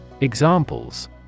Examples